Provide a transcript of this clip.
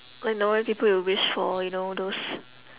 like normally people will wish for you know those